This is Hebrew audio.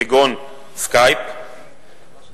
כגון skype,